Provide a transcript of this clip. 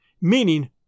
meaning